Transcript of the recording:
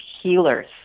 Healers